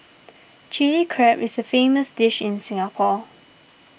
Chilli Crab is a famous dish in Singapore